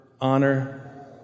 honor